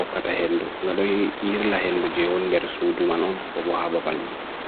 bokka hendu ngm fewna babal.